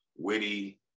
witty